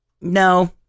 No